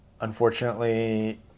unfortunately